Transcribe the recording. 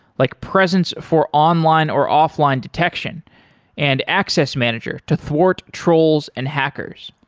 like presence for online or offline detection and access manager to thwart trolls and hackers.